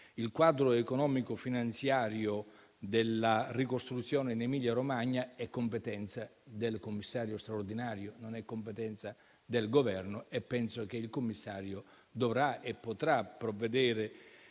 Il quadro economico-finanziario della ricostruzione in Emilia-Romagna è competenza del commissario straordinario, non è competenza del Governo e penso che il commissario dovrà e potrà provvedere